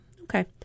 Okay